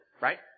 right